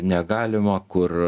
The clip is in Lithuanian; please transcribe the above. negalima kur